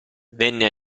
venne